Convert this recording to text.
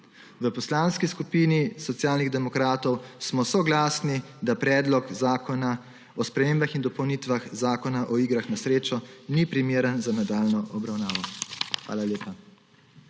V Poslanski skupini Socialnih demokratov smo soglasni, da Predlog zakona o spremembah in dopolnitvah Zakona o igrah na srečo ni primeren za nadaljnjo obravnavo. Hvala lepa.